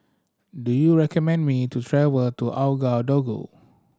do you recommend me to travel to Ouagadougou